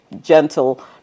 gentle